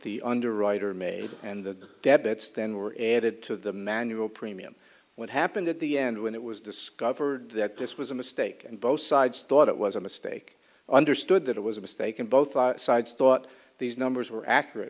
the underwriter made and the debits ten were added to the manual premium what happened at the end when it was discovered that this was a mistake and both sides thought it was a mistake understood that it was a mistake and both sides thought these numbers were accurate